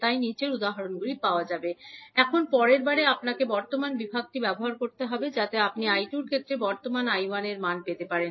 তাই এখন এখন পরের বারে আপনাকে বর্তমান বিভাগটি ব্যবহার করতে হবে যাতে আপনি 𝐈2 এর ক্ষেত্রে বর্তমান 𝐈1 এর মান খুঁজে পেতে পারেন